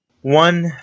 One